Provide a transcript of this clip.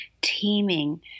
teeming